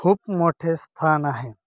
खूप मोठे स्थान आहे